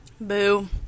boo